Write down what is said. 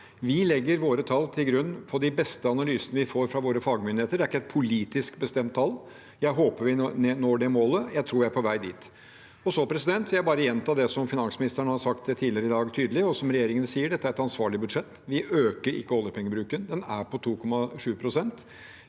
Vi legger våre tall på grunnlag av de beste analysene vi får fra våre fagmyndigheter. Det er ikke et politisk bestemt tall. Jeg håper vi når det målet. Jeg tror vi er på vei dit. Så vil jeg bare gjenta det som finansministeren tydelig har sagt tidligere i dag, og som regjeringen sier, at dette er et ansvarlig budsjett. Vi øker ikke oljepengebruken. Den er på 2,7 pst.